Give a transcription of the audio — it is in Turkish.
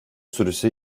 süresi